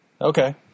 Okay